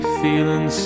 feeling